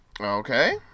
Okay